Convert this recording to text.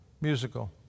musical